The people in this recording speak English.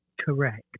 correct